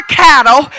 cattle